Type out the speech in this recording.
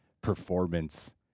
performance